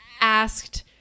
asked